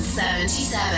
77